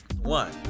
One